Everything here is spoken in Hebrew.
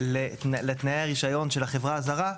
לתנאי הרישיון של החברה הזרה,